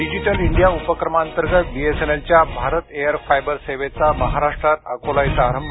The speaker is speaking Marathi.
डिजिटल इंडिया उपक्रमांतर्गत बीएसएनएलच्या भारत एअर फायबर सेवेचा महाराष्ट्रात अकोला इथं आरंभ